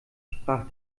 sprach